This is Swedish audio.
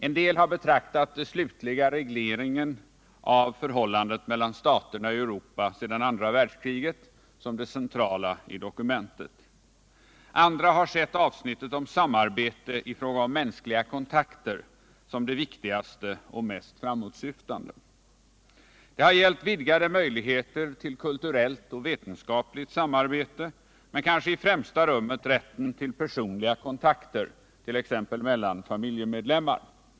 En del har betraktat den slutliga regleringen av förhållandet mellan staterna i Europa sedan andra världskriget som det centrala i dokumentet. Andra har sett avsnittet om samarbete i fråga om mänskliga kontakter som det viktigaste och mest framåtsyftande. Det har gällt vidgade möjligheter till kulturellt och vetenskapligt samarbete men kanske i främsta rummet rätten till personliga kontakter t.ex. mellan familjemedlemmar.